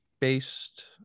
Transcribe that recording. based